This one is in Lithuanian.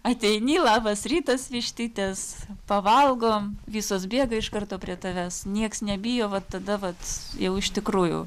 ateini labas rytas vištytės pavalgom visos bėga iš karto prie tavęs nieks nebijo va tada vat jau iš tikrųjų